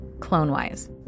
clone-wise